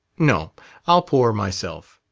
no i'll pour, myself.